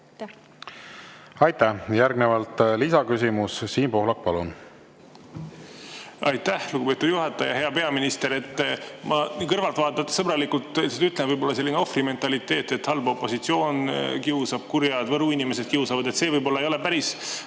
Aitäh! Järgnevalt lisaküsimus. Siim Pohlak, palun! Aitäh, lugupeetud juhataja! Hea peaminister! Ma kõrvaltvaatajana sõbralikult ütlen, et selline ohvrimentaliteet – halb opositsioon kiusab, kurjad Võru inimesed kiusavad – ei ole võib-olla päris